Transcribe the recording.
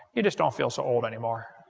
you just don't feel so old anymore.